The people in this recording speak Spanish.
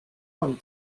con